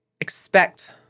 expect